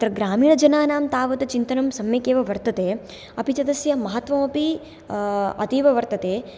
तत्र ग्रामीणजनानां तावत् चिन्तनं सम्यक् एव वर्तते अपि च तस्य महत्त्वमपि अतीव वर्तते